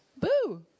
boo